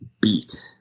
beat